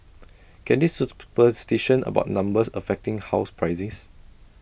can this superstition about numbers affect housing prices